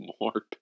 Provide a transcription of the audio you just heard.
More